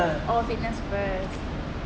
oh Fitness First